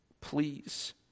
please